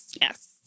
yes